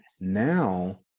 Now